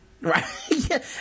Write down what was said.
right